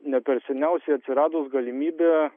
neperseniausiai atsiradus galimybė